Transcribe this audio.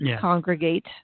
congregate